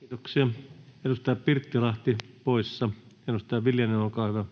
Kiitoksia. — Edustaja Pirttilahti poissa. — Edustaja Viljanen, olkaa hyvä.